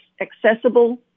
accessible